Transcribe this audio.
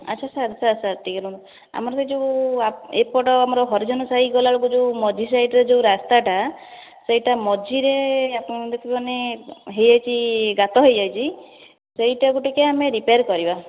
ଆଚ୍ଛା sir sir sir ଟିକେ ନାକୁ ଆମର ସେ ଯେଉଁ ଏପଟ ଆମର ହରିଜନ ସାହି ଗଲାବେଳକୁ ଯେଉଁ ମଝି ସାଇଟ୍ରେ ଯେଉଁ ରାସ୍ତାଟା ସେହିଟା ମଝିରେ ଆପଣ ଦେଖିବେ ମାନେ ହୋଇଯାଇଛି ଗାତ ହୋଇଯାଇଛି ସେହିଟାକୁ ଟିକେ ଆମେ ରିପେଆର୍ କରିବା